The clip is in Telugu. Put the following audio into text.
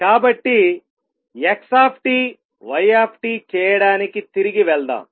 కాబట్టి X Y చేయడానికి తిరిగి వెళ్దాం